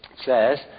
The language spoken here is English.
says